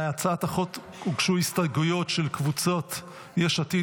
להצעת החוק הוגשו הסתייגויות של קבוצות יש עתיד,